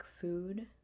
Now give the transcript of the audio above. food